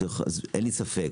אז אין לי ספק,